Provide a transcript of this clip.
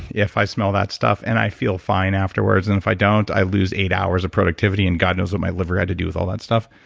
if i smell that stuff and i feel fine afterwards and if i don't, i lose eight hours of productivity and god knows what my liver had to do with all that stuff.